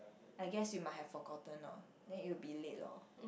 I guess you might have forgotten loh then it will be late loh